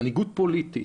מנהיגות פוליטית,